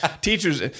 Teachers